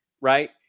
Right